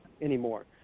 anymore